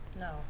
No